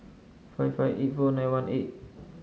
five five eight four nine one eight